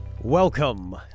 Welcome